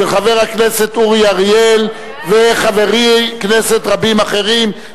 של חבר הכנסת אורי אריאל וחברי כנסת רבים אחרים,